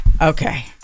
Okay